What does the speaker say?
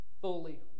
Fully